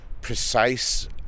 precise